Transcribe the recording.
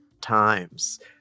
times